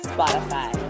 Spotify